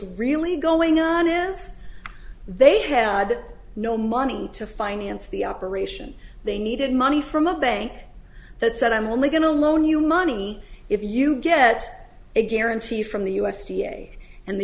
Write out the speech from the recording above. really going on is they had no money to finance the operation they needed money from a bank that said i'm only going to loan you money if you get a guarantee from the u s d a and the